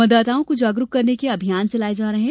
मतदाताओं को जागरुक करने के अभियान चलाये जा रहे हैं